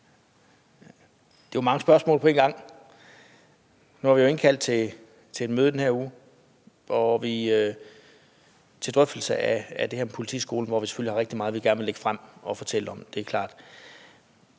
Det er jo mange spørgsmål på en gang. Vi har nu indkaldt til et møde i den her uge til en drøftelse af det her med politiskolen, og vi har selvfølgelig rigtig meget, vi gerne vil lægge frem og fortælle om, det er klart.